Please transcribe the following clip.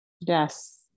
Yes